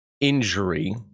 injury